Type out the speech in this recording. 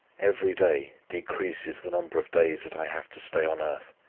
every day decreases the number of days that i have to stay on earth.